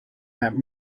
that